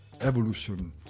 evolution